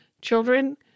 children